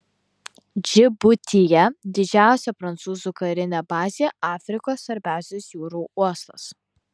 džibutyje didžiausia prancūzų karinė bazė afrikoje svarbiausias jūrų uostas